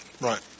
Right